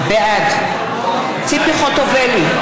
בעד ציפי חוטובלי,